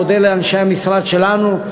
מודה לאנשי המשרד שלנו,